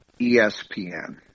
ESPN